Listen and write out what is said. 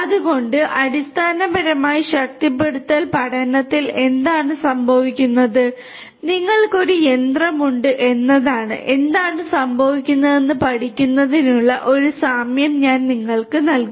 അതിനാൽ അടിസ്ഥാനപരമായി ശക്തിപ്പെടുത്തൽ പഠനത്തിൽ എന്താണ് സംഭവിക്കുന്നത് നിങ്ങൾക്ക് ഒരു യന്ത്രമുണ്ട് എന്നതാണ് എന്താണ് സംഭവിക്കുന്നതെന്ന് പഠിക്കുന്നതിനുള്ള ഒരു സാമ്യം ഞാൻ നിങ്ങൾക്ക് നൽകും